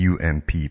UMP